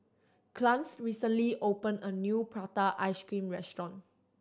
Clarnce recently opened a new prata ice cream restaurant